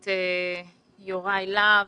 הכנסת יוראי להב.